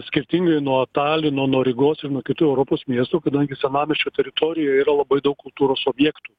skirtingai nuo talino nuo rygos ir nuo kitų europos miestų kadangi senamiesčio teritorijoj yra labai daug kultūros objektų